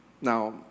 Now